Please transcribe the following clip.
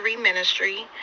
ministry